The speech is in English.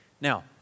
Now